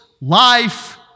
life